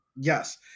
Yes